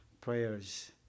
prayers